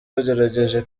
bagerageje